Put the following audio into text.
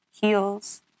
heels